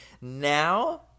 Now